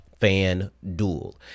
FanDuel